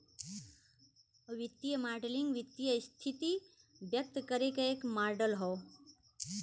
वित्तीय मॉडलिंग वित्तीय स्थिति व्यक्त करे क एक मॉडल हौ